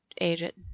agent